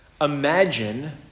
imagine